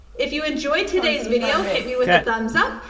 if you enjoyed today's video, hit me with a thumbs up,